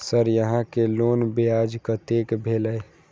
Sir यहां के loan ब्याज कतेक भेलेय?